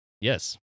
Yes